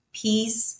peace